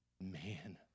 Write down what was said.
man